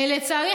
לצערי,